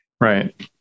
Right